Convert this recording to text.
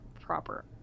proper